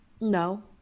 No